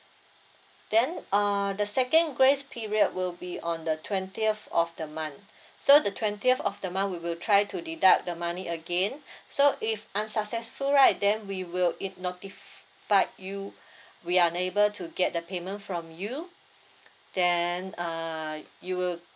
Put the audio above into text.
then uh the second grace period will be on the twentieth of the month so the twentieth of the month we will try to deduct the money again so if unsuccessful right then we will it notify you we're unable to get the payment from you then uh you will